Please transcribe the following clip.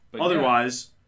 Otherwise